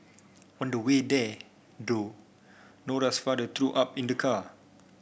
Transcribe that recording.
on the way there though Nora's father threw up in the car